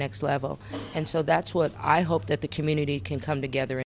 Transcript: next level and so that's what i hope that the community can come together